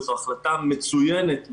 וזו החלטה מצוינת,